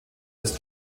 ist